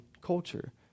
culture